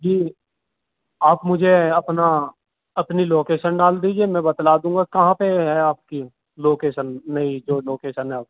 جی آپ مجھے اپنا اپنی لوکیشن ڈال دیجیے میں بتا دوں گا کہاں پہ ہے آپ کی لوکیشن نئی جو لوکیشن ہے آپ کی